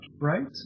right